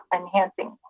enhancing